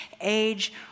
age